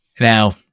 Now